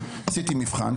עשיתי מבחן,